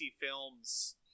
films